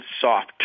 soft